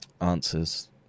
answers